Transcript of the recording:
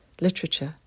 literature